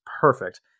perfect